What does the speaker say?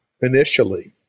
initially